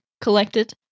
collected